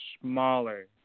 smaller